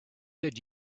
did